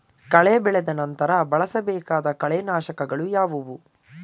ಕಳೆ ಬೆಳೆದ ನಂತರ ಬಳಸಬೇಕಾದ ಕಳೆನಾಶಕಗಳು ಯಾವುವು?